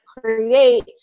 create